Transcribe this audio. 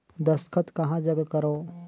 दस्खत कहा जग करो?